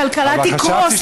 הכלכלה תקרוס,